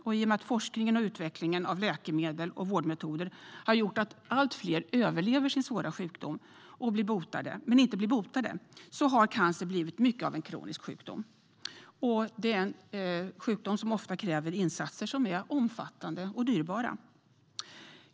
I och med att forskningen och utvecklingen av läkemedel och vårdmetoder har gjort att allt fler överlever sin sjukdom men inte blir botade har cancer blivit mycket av en kronisk sjukdom som ofta kräver omfattande och dyrbara insatser.